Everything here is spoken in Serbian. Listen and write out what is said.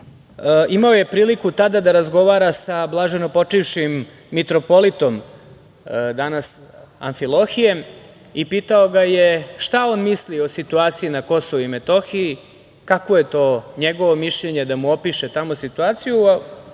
imao je priliku tada da razgovara sa blaženopočivšim mitropolitom Amfilohijem i pitao ga je šta on misli o situaciji na KiM, kakvo je to njegovo mišljenje, da mu opiše tamo situaciju, a